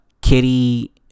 kitty